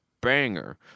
banger